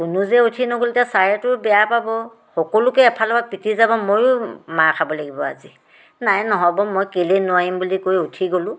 কোনো যে উঠি নগ'ল এতিয়া ছাৰেতো বেয়া পাব সকলোকে এফালৰ পৰা পিটি যাব মইও মাৰ খাব লাগিব আজি নাই নহ'ব মই কেলৈ নোৱাৰিম বুলি কৈ উঠি গ'লোঁ